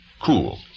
Cool